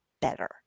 better